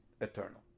eternal